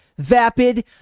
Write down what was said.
Vapid